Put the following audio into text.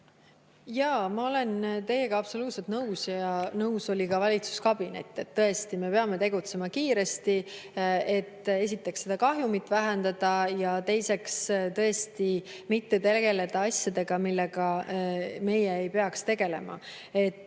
Jaa, ma olen teiega absoluutselt nõus ja nõus oli ka valitsuskabinet. Tõesti, me peame tegutsema kiiresti, et esiteks, seda kahjumit vähendada, ja teiseks, mitte tegeleda asjadega, millega meie ei peaks tegelema.